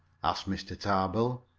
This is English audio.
asked mr. tarbill.